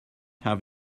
have